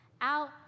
out